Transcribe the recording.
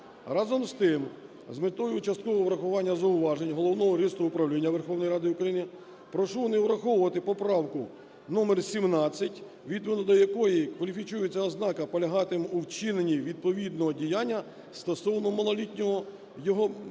Разом з тим, з метою часткового врахування зауважень Головного юридичного управління Верховної Ради України прошу не враховувати поправку номер 17, відповідно до якої кваліфікується ознака полягати у вчиненні відповідного діяння стосовно малолітнього його батьком,